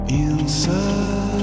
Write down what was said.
inside